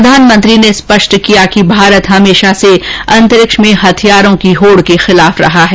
प्रधानमंत्री ने स्पष्ट किया कि भारत हमेशा से अंतरिक्ष में हथियारों की होड़ के खिलाफ रहा है